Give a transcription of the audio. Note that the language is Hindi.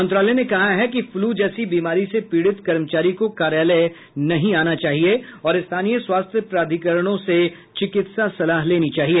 मंत्रालय ने कहा है कि फ्लू जैसी बीमारी से पीडित कर्मचारी को कार्यालय नहीं जाना चाहिए और स्थानीय स्वास्थ्य प्राधिकरणों से चिकित्सा सलाह लेनी चाहिए